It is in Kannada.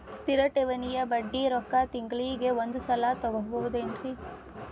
ಸ್ಥಿರ ಠೇವಣಿಯ ಬಡ್ಡಿ ರೊಕ್ಕ ತಿಂಗಳಿಗೆ ಒಂದು ಸಲ ತಗೊಬಹುದೆನ್ರಿ?